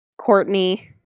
Courtney